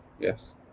Yes